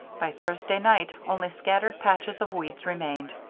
by thursday night, only scattered patches of weeds remained.